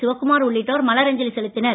சிவக்குமார் உள்ளிட்டோர் மலர் அஞ்சலி செலுத்தினர்